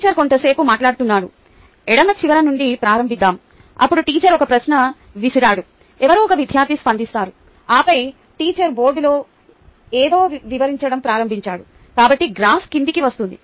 teacher కొంతసేపు మాట్లాడుతున్నాడు ఎడమ చివర నుండి ప్రారంభిద్దాం అప్పుడు టీచర్ ఒక ప్రశ్న విసిరాడు ఎవ్వరో ఒక విద్యార్థి స్పందిస్తారు ఆపై టీచర్ బోర్డులో ఏదో వివరించడం ప్రారంభించాడు కాబట్టి గ్రాఫ్ కిందికి వస్తుంది